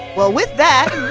well, with that,